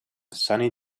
sunny